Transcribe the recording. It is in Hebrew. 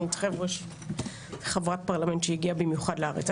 אני צריכה לפגוש חברת פרלמנט שהגיעה במיוחד לארץ.